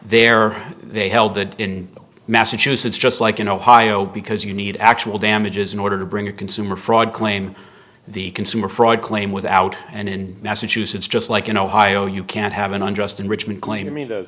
there they held that in massachusetts just like in ohio because you need actual damages in order to bring a consumer fraud claim the consumer fraud claim was out and in massachusetts just like in ohio you can't have an unjust enrichment claim